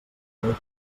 neu